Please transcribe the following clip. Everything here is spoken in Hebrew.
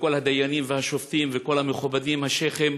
וכל הדיינים והשופטים וכל המכובדים, השיח'ים,